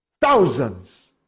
thousands